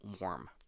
warm